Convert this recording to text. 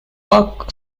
puck